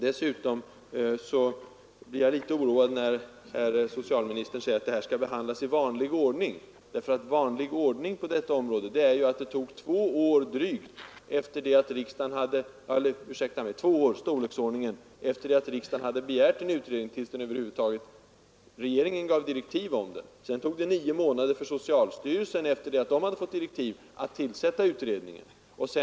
Dessutom blev jag litet oroad när socialministern sade att frågan skall behandlas i vanlig ordning. Vanlig ordning på detta område är ju, att det gick två år efter det att riksdagen hade begärt en utredning innan regeringen gav direktiv om den. Sedan socialstyrelsen fått direktiv tog det nio månader att tillsätta utredningen.